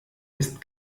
ist